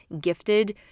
gifted